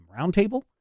roundtable